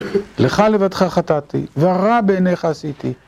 לך לבדך חטאתי, והרע בעינייך עשיתי